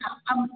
ಅಮ್